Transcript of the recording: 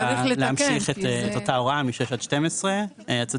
הכוונה הייתה להמשיך את אותה הוראה מ-6 עד 12. את צודקת,